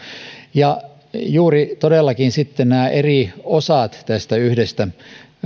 ja juuri todellakin sitten nämä eri osat tästä yhdestä